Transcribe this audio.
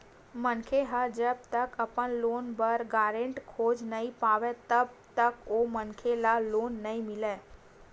मनखे ह जब तक अपन लोन बर गारेंटर खोज नइ पावय तब तक ओ मनखे ल लोन नइ मिलय